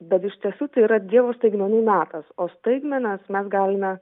bet iš tiesų tai yra dievo staigmenų metas o staigmenos mes galime